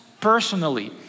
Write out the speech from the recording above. personally